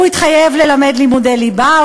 הוא התחייב ללמד לימודי ליבה,